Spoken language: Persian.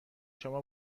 شما